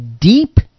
deep